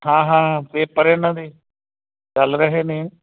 ਹਾਂ ਹਾਂ ਪੇਪਰ ਇਹਨਾਂ ਦੇ ਚੱਲ ਰਹੇ ਨੇ